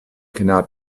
cannot